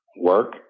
work